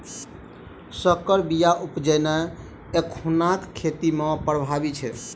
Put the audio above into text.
सँकर बीया उपजेनाइ एखुनका खेती मे प्रभावी छै